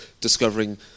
discovering